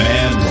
Man